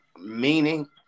meaning